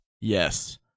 yes